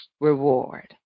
reward